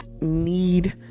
need